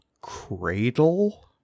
cradle